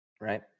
right